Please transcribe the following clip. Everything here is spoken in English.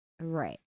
Right